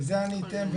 לזה אני אתן,